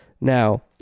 now